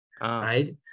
right